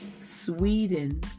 Sweden